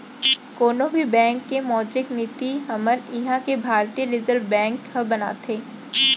कोनो भी बेंक के मौद्रिक नीति हमर इहाँ के भारतीय रिर्जव बेंक ह बनाथे